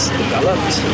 developed